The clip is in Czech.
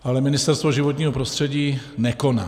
Ale Ministerstvo životního prostředí nekoná.